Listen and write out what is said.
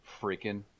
freaking